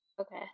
okay